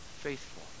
faithful